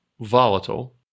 volatile